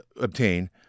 obtain